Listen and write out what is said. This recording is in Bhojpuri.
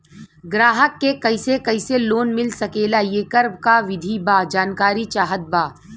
ग्राहक के कैसे कैसे लोन मिल सकेला येकर का विधि बा जानकारी चाहत बा?